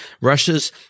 Russia's